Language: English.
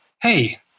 hey –